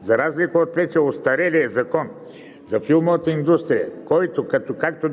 За разлика от вече остарелия Закон за филмовата индустрия, който като